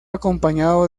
acompañado